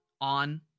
on